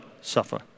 suffer